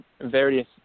various